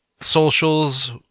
socials